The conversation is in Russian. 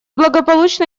благополучно